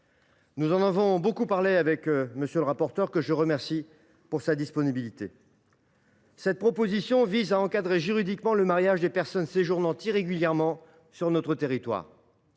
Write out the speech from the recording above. J’en ai beaucoup parlé avec M. le rapporteur, que je remercie de sa disponibilité. Ce texte vise à encadrer juridiquement le mariage des personnes séjournant irrégulièrement en France.